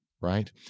right